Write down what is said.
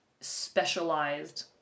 specialized